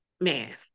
man